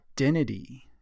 identity